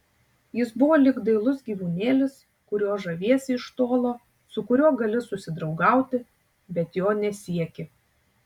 jis buvo lyg dailus gyvūnėlis kuriuo žaviesi iš tolo su kuriuo gali susidraugauti bet jo nesieki